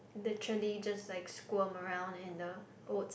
naturally just like squirm around in the oats